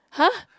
huh